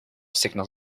signal